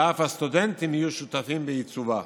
ואף הסטודנטים יהיו שותפים בעיצובה.